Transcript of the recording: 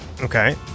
okay